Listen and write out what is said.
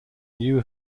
new